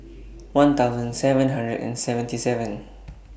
one thousand seven hundred and seventy seven